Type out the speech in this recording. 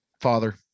Father